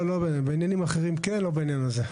בעניינים האחרים כן, לא בעניין הזה.